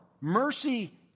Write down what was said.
Mercy